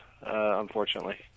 unfortunately